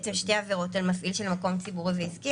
בעצם שתי עבירות על נושאים של מקום ציבורי ועסקי,